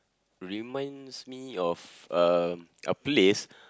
reminds me of uh a place